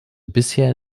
bisher